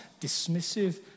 dismissive